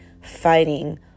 fighting